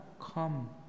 come